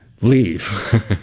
leave